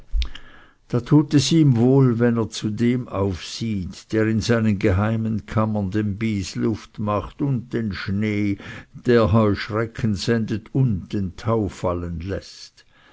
da tut es ihm wohl wenn er oft zu dem auf sieht der in seinen geheimen kammern den bysluft macht und den schnee der heuschrecken sendet und den tau fallen läßt